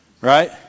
right